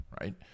right